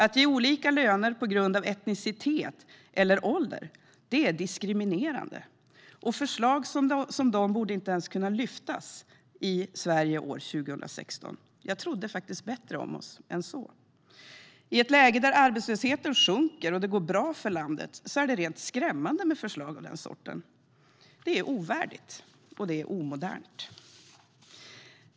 Att ge olika löner baserat på etnicitet eller ålder är diskriminerande, och förslag som dessa borde inte ens kunna lyftas i Sverige år 2016. Jag trodde faktiskt bättre om oss än så. I ett läge där arbetslösheten sjunker och det går bra för landet är det rent skrämmande med förslag av den sorten. Det är ovärdigt, och det är omodernt.